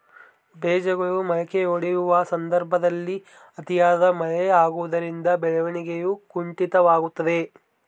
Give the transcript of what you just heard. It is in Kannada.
ಬೇಜಗಳು ಮೊಳಕೆಯೊಡೆಯುವ ಸಂದರ್ಭದಲ್ಲಿ ಅತಿಯಾದ ಮಳೆ ಆಗುವುದರಿಂದ ಬೆಳವಣಿಗೆಯು ಕುಂಠಿತವಾಗುವುದೆ?